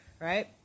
right